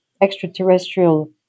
extraterrestrial